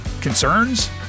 Concerns